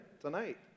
tonight